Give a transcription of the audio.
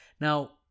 Now